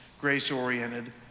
grace-oriented